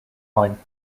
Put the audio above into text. line